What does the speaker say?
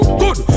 good